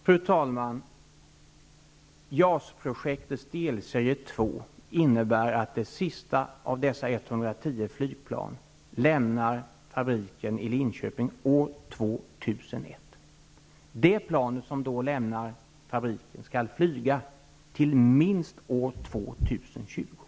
Fru talman! Delserie 2 av JAS-projektet innebär att det sista av dessa 110 flygplan lämnar fabriken i Linköping år 2001. Det plan som då lämnar fabriken skall flyga till minst år 2020.